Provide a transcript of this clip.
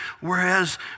Whereas